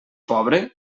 pobre